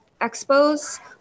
expos